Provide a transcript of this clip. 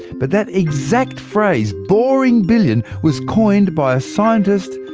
but that exact phrase, boring billion was coined by a scientist,